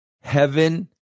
heaven